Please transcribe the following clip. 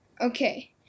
okay